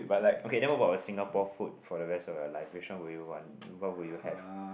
okay then what about a Singapore food for the rest of your life which one would you want what would you have